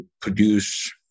produce